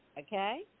okay